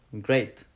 Great